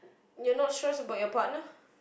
you're not stress about your partner